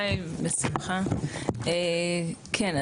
היי, בשמחה, כן.